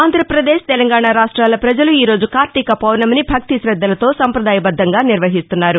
ఆంధ్రప్రదేశ్ తెలంగాణ రాష్ట్రాల పజలు ఈ రోజు కార్తీక పౌర్ణమిని భక్తి శద్దలతో సంప్రదాయబద్దంగా నిర్వహిస్తున్నారు